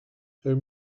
her